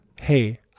Hey